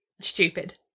Stupid